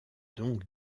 donc